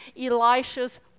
Elisha's